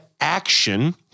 action